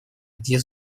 где